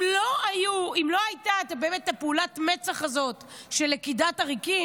אם לא הייתה פעולת מצ"ח הזאת של לכידת עריקים,